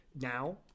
now